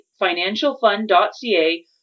financialfund.ca